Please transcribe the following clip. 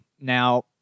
Now